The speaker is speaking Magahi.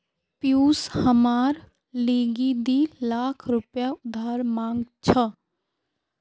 पियूष हमार लीगी दी लाख रुपया उधार मांग छ